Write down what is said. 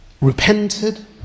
repented